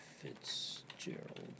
fitzgerald